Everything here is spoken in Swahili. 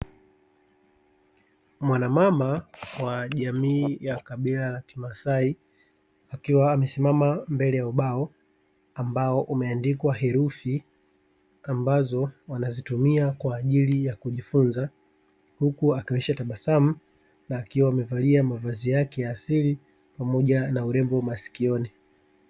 Mwanamama wa jamii ya kabila la kimaasai, akiwa amesimama mbele ya ubao ambao umeandikwa herufi ambazo wanazitumia kwa ajili ya kujifunza, huku akionyesha tabasamu na akiwa amevaa mavazi yake ya asili pamoja na urembo wa masikioni.